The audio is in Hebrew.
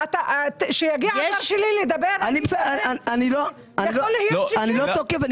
אני לא תוקף.